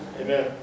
Amen